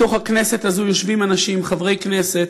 בתוך הכנסת הזו יושבים אנשים, חברי כנסת,